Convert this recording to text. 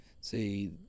See